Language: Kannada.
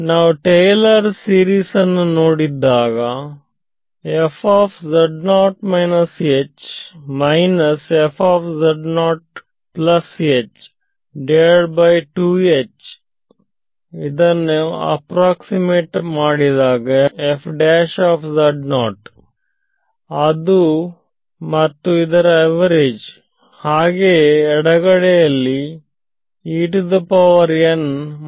ನಾವು ಟೈಲರ್ ಸೀಸನ್ನು ನೋಡಿದಾಗ ಅದು ಇದು ಮತ್ತು ಇದರ ಅವರೇಜ್ ಹಾಗೆಯೇ ಎಡಗಡೆಯಲ್ಲಿe ಮತ್ತು